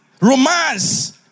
Romance